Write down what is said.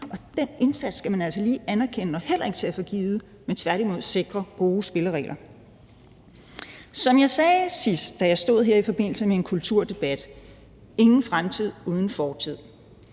og den indsats skal man altså lige anerkende og heller ikke tage for givet, men tværtimod sikre gode spilleregler for. Som jeg sagde sidst, da jeg stod her i forbindelse med en kulturdebat: Ingen fremtid uden fortid.